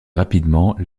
rapidement